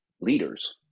leaders